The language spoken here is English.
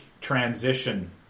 transition